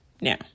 now